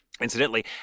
Incidentally